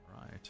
Right